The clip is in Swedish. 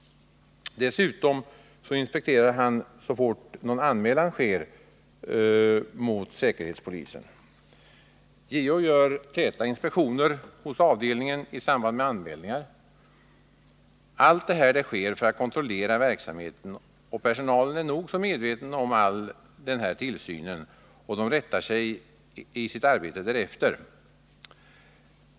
Dessutom inspekterar han så fort någon anmälan sker mot säkerhetspolisen. JO gör täta inspektioner hos avdelningen i samband med anmälningar. Allt detta sker för att kontrollera verksamheten, och personalen är nog så medveten om all denna tillsyn och rättar sig i sitt arbete därefter.